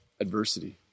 Adversity